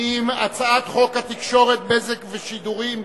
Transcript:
הצעת חוק התקשורת (בזק ושידורים)